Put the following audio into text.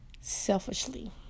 selfishly